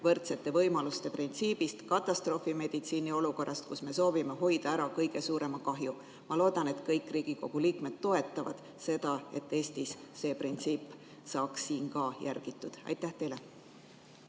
võrdsete võimaluste printsiibist katastroofimeditsiini olukorras, kus me soovime hoida ära kõige suurema kahju. Ma loodan, et kõik Riigikogu liikmed toetavad seda, et Eestis see printsiip saaks ka järgitud. Aitäh teile!